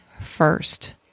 first